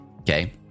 okay